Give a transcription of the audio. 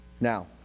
now